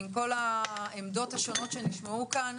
עם כל העמדות השונות שנשמעו כאן,